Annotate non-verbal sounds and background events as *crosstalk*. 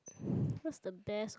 *breath* what's the best